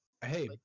Hey